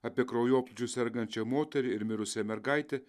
apie kraujoplūdžiu sergančią moterį ir mirusią mergaitę